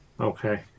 Okay